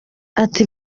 ati